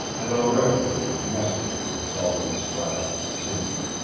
and already there was nesting in the velvety splashes of timber.